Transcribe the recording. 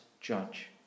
judge